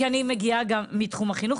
כי אני מגיעה מתחום החינוך,